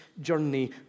journey